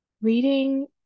reading